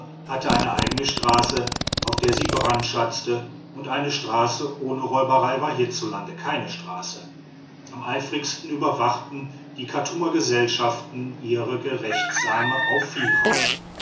hatte ihre eigene straße auf der sie brandschatzte und eine straße ohne räuberei war hierzulande keine straße am eifrigsten überwachten die chartumer gesellschaften ihre gerechtsame auf